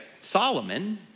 Solomon